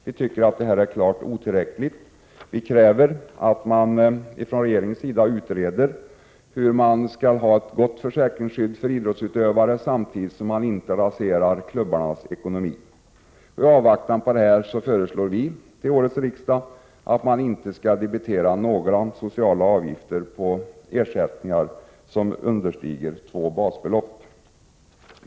Vi tycker att det är klart otillräckligt och kräver att regeringen utreder hur idrottsutövare skall kunna få ett gott försäkringsskydd utan att klubbarnas ekonomi raseras. I avvaktan på en sådan utredning föreslår vi till årets riksmöte att det inte skall debiteras några sociala avgifter på ersättningar som understiger två basbelopp.